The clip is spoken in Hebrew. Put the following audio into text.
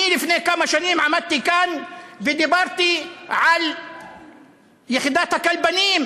אני לפני כמה שנים עמדתי כאן ודיברתי על יחידת הכלבנים,